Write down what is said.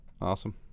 awesome